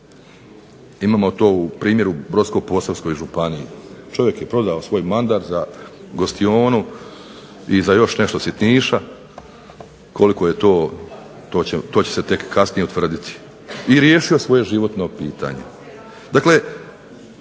Imamo to u primjeru Brodsko-posavske županije. Čovjek je prodao svoj mandat za gostionu i za još nešto sitniša. Koliko je to, to će se kasnije utvrditi, i riješio svoje životno pitanje.